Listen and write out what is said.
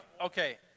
Okay